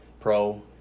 Pro